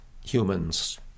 humans